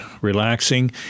relaxing